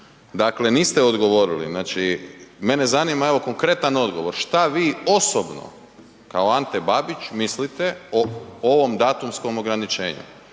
Dakle niste odgovorili, znači mene zanima evo konkretan odgovor, što vi osobno kao Ante Babić mislite o ovom datumskom ograničenju?